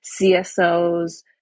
CSOs